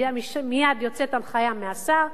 מייד יוצאת הנחיה מהשר,